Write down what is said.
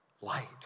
light